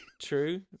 true